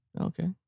Okay